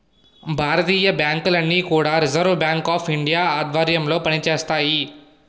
భారతీయ బ్యాంకులన్నీ కూడా reserve bank of India ఆధ్వర్యంలో పనిచేస్తాయి